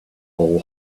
all